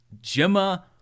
Jemma